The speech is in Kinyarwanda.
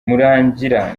murangira